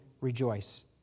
Rejoice